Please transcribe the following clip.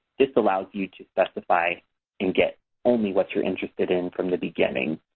this allows you to specify and get only what you're interested in from the beginning.